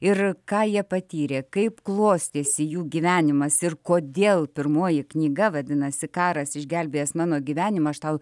ir ką jie patyrė kaip klostėsi jų gyvenimas ir kodėl pirmoji knyga vadinasi karas išgelbėjęs mano gyvenimą aš tau